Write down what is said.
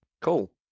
Cool